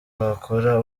wakora